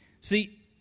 See